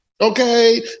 okay